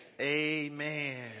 amen